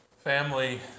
family